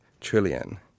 trillion